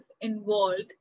involved